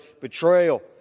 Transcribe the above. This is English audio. betrayal